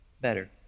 better